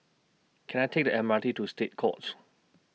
Can I Take The M R T to State Courts